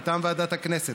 מטעם ועדת החוקה,